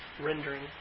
rendering